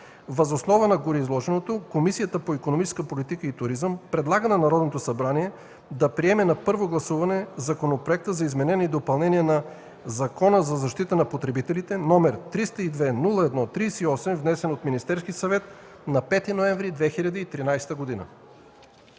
Въз основа на гореизложеното, Комисията по икономическата политика и туризъм предлага на Народното събрание да приеме на първо гласуване Законопроект за изменение и допълнение на Закона за защита на потребителите, № 302-01-38, внесен от Министерски съвет на 5 ноември 2013 г.”